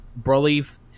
Broly